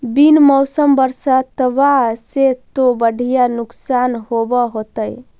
बिन मौसम बरसतबा से तो बढ़िया नुक्सान होब होतै?